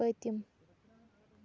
پٔتِم